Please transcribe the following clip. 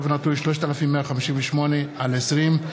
פ/3158/20,